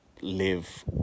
live